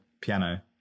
piano